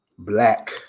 Black